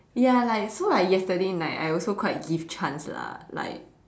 ya like so like yesterday night I also quite give chance lah like